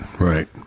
Right